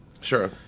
Sure